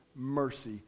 Mercy